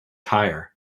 higher